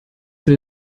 für